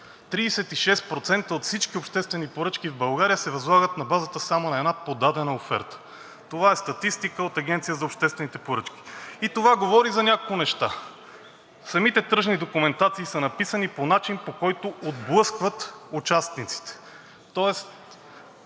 от всички обществени поръчки в България се възлагат на базата само на една подадена оферта. Това е статистика от Агенцията за обществените поръчки и говори за няколко неща – самите тръжни документации са написани по начин, по който отблъскват участниците. Тоест